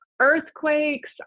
Earthquakes